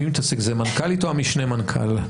מי מתעסק, זה המנכ"לית או משנה המנכ"ל?